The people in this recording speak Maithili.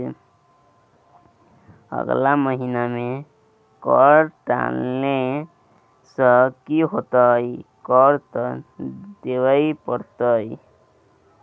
अगला महिना मे कर टालने सँ की हेतौ कर त दिइयै पड़तौ